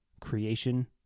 creation